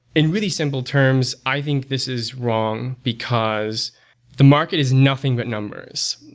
in really simple terms, i think this is wrong, because the market is nothing but numbers.